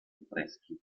affreschi